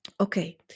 Okay